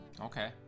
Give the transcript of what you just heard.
Okay